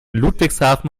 ludwigshafen